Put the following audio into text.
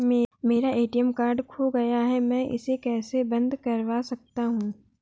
मेरा ATM card खो गया है मैं इसे कैसे बंद करवा सकता हूँ?